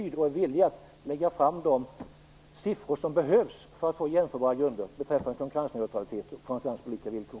Kommer ni att medverka till att Posten villigt lägger fram de siffror som behövs för att få jämförbara grunder beträffande konkurrensneutralitet och konkurrens på lika villkor?